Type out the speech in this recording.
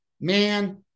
man